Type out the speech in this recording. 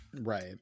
right